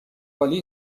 عالی